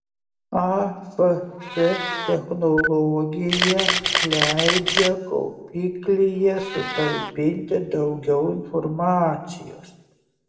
afc technologija leidžia kaupiklyje sutalpinti daugiau informacijos